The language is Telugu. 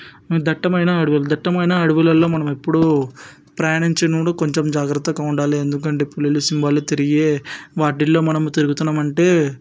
దట్టమైన అడవులు దట్టమైన అడవులల్లో మనము ఎప్పుడూ ప్రయాణించినప్పుడు కొంచెం జాగ్రత్తగా ఉండాలి ఎందుకంటే పులులు సింహాలు తిరిగే వాటిల్లో మనము తిరుగుతున్నామంటే